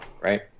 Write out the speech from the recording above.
right